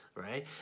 Right